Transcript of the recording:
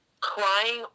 crying